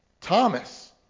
Thomas